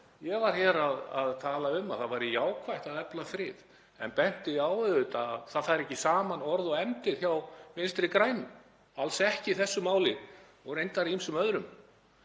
Ég var hér að tala um að það væri jákvætt að efla frið en benti á að það færu ekki saman orð og efndir hjá Vinstri grænum, alls ekki í þessu máli og reyndar ekki í ýmsum öðrum.